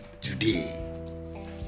today